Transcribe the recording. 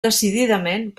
decididament